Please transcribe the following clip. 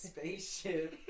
Spaceship